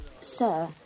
sir